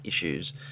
issues